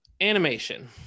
animation